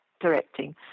directing